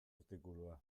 artikulua